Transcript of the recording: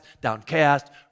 downcast